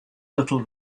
little